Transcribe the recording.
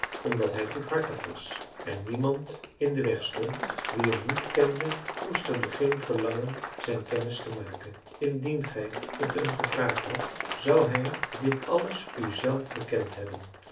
omdat hij goedhartig was en niemand in den weg stond wie hem niet kende koesterde geen verlangen zijn kennis te maken indien gij t hem gevraagd hadt zou hij dit alles u zelf bekend hebben